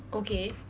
okay